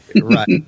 Right